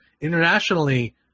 internationally